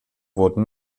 wurden